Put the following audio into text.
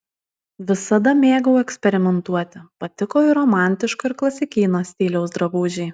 visada mėgau eksperimentuoti patiko ir romantiško ir klasikinio stiliaus drabužiai